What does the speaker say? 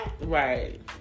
Right